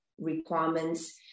requirements